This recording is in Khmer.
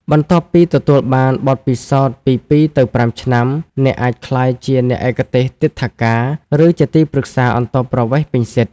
បន្ទាប់ពីទទួលបានបទពិសោធន៍ពី ២ទៅ៥ ឆ្នាំ អ្នកអាចក្លាយជា អ្នកឯកទេសទិដ្ឋាការ ឬជាទីប្រឹក្សាអន្តោប្រវេសន៍ពេញសិទ្ធ។